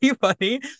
funny